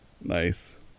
Nice